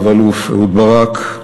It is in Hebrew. רב-אלוף אהוד ברק,